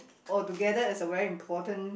or together is a very important